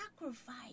sacrifice